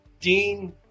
dean